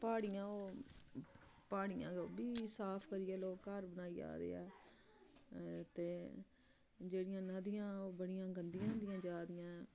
प्हाड़ियां ओह् प्हाड़ियां ओह् बी साफ करियै लोक घर बनाई जा दे ऐ ते जेह्ड़ियां नदियां ओह् बड़ियां गंदियां होंदियां जा दियां ऐ